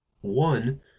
one